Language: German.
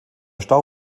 stau